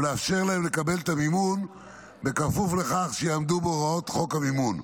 ולאפשר להם לקבל את המימון בכפוף לכך שיעמדו בהוראות חוק המימון.